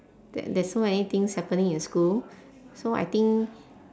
th~ there's so many things happening in school so I think